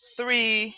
three